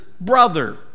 brother